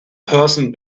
person